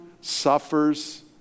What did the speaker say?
suffers